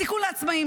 התיקון לעצמאים,